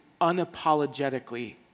unapologetically